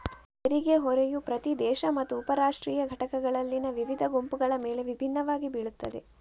ತೆರಿಗೆ ಹೊರೆಯು ಪ್ರತಿ ದೇಶ ಮತ್ತು ಉಪ ರಾಷ್ಟ್ರೀಯ ಘಟಕಗಳಲ್ಲಿನ ವಿವಿಧ ಗುಂಪುಗಳ ಮೇಲೆ ವಿಭಿನ್ನವಾಗಿ ಬೀಳುತ್ತದೆ